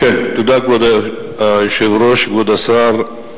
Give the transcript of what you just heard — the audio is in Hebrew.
כבוד היושב-ראש, תודה, כבוד השר,